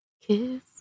kiss